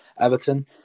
Everton